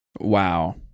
wow